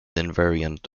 invariant